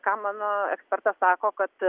ką mano ekspertas sako kad